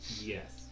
Yes